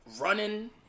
running